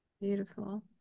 beautiful